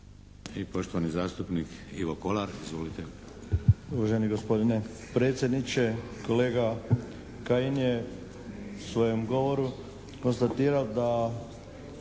I poštovani zastupnik Ivo Kolar. Izvolite. **Kolar, Ivan (HSS)** Uvaženi gospodine predsjedniče, kolega Kajin je u svojem govoru konstatirao da